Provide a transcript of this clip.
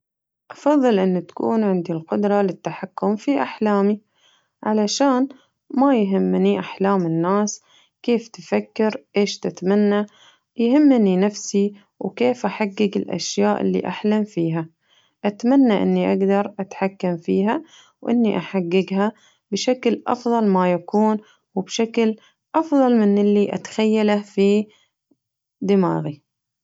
أفضل إن تكون عندي القدرة على التحكم في أحلامي علشان ما يهمني أحلام الناس كيف تفكر إيش تتمنى، يهمني نفسي وكيف أحقق الأشياء اللي أحلم فيها أتمنى إني أقدر أتحكم فيها وإني أحققها بشكل أفضل ما يكون وبشكل أفضل من اللي أتخيله في دماغي.